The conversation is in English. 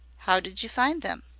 how did you find them?